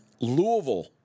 Louisville